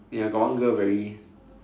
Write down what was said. ya got one girl very